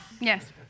Yes